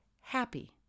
happy